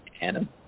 Adam